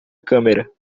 câmera